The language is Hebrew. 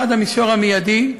האחד הוא המישור המיידי,